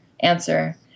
Answer